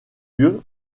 lieu